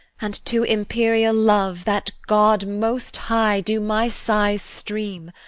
and to imperial love, that god most high, do my sighs stream.